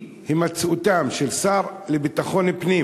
ואי-הימצאותם של השר לביטחון הפנים